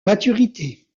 maturité